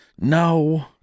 no